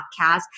podcast